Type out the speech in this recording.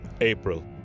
April